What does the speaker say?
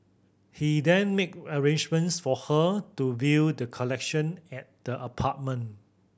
he then made arrangements for her to view the collection at the apartment